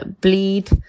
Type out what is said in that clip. bleed